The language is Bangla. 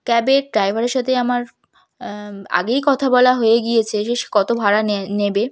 ক্যাবের ড্রাইভারের সাথেই আমার আগেই কথা বলা হয়ে গিয়েছে যে সে কত ভাড়া নেবে